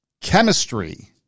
chemistry